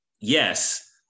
Yes